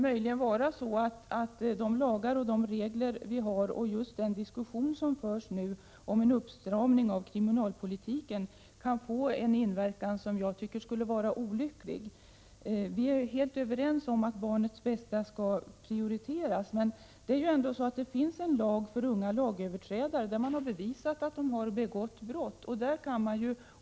Men de lagar och regler som vi har och den diskussion som förs just nu om en uppstramning av kriminalpolitiken kan möjligen få en inverkan som jag tycker skulle vara olycklig. Vi är helt överens omatt barnets bästa skall prioriteras. Men det finns ju en lag för unga lagöverträdare som har begått något brott.